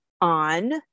on